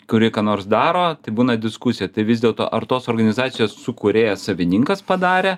kuri ką nors daro tai būna diskusija tai vis dėlto ar tos organizacijos sukūrėjas savininkas padarė